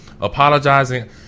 apologizing